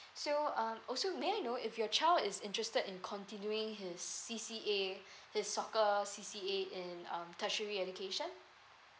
so um also may I know if your child is interested in continuing his C_C_A his soccer C_C_A in um tertiary education